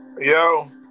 Yo